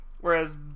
Whereas